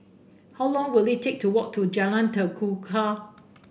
how long will it take to walk to Jalan Tekukor